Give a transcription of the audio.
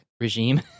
Regime